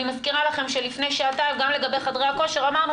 אני מזכירה לכם שלפני שעתיים גם לגבי חדרי הכושר אמרנו